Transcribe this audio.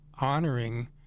honoring